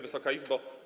Wysoka Izbo!